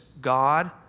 God